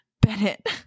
Bennett